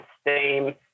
steam